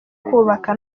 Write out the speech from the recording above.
kubaka